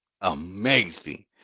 amazing